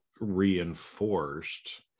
reinforced